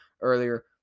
earlier